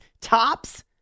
Tops